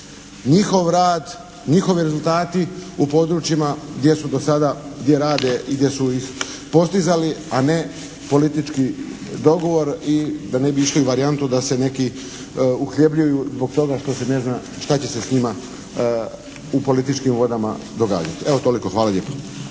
njihov rad, njihovi rezultati u područjima gdje su do sada, gdje rade i gdje su ih postizali, a ne politički dogovor i da ne bi išli u varijantu da se neki …/Govornik se ne razumije./… zbog toga što se ne zna šta će se s njima u političkim vodama događati. Evo toliko. Hvala lijepa.